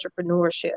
entrepreneurship